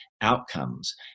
outcomes